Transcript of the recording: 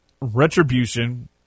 Retribution